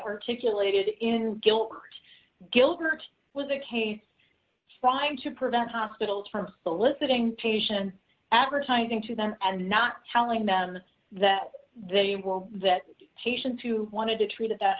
articulated in gilt gilbert was the case trying to prevent hospitals from soliciting patients advertising to them and not telling them that they will that patients who wanted to treat at th